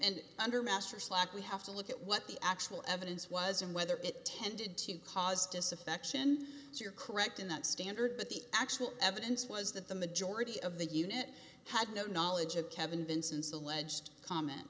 and under master slack we have to look at what the actual evidence was and whether it tended to cause disaffection you're correct in that standard but the actual evidence was that the majority of the unit had no knowledge of kevin vincent's alleged comment